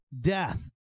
death